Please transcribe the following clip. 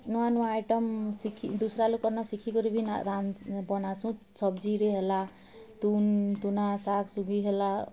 ନୂଆ ନୂଆ ଆଏଟମ୍ ଶିଖି ଦୁଷ୍ରା ଲୋକ୍ର ନ ଶିଖିକରି ବିନା ରାନ୍ଧ ବନାସୁଁ ସବଜିରେ ହେଲା ତୁନ୍ ତୁନା ଶାଗ୍ ଶୁଗି ହେଲା